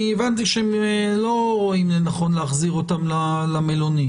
אני הבנתי שהם לא רואים לנכון להחזיר אותם למלונית.